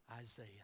Isaiah